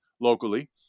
locally